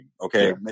Okay